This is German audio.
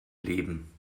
leben